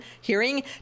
hearing